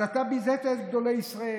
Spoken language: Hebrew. אז אתה ביזית את גדולי ישראל,